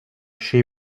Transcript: she